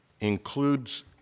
includes